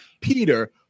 Peter